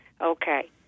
Okay